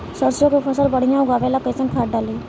सरसों के फसल बढ़िया उगावे ला कैसन खाद डाली?